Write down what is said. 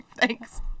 Thanks